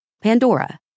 Pandora